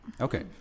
Okay